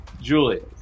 Julius